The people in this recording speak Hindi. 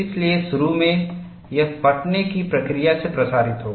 इसलिए शुरू में यह फटने की प्रक्रिया से प्रसारित होगा